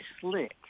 slick